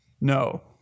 No